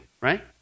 right